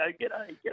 G'day